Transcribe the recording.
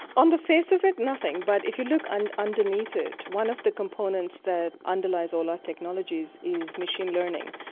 on the face of it, nothing, but if you look and underneath it, one of the components that underlies all our technologies is machine learning.